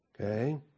Okay